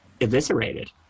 eviscerated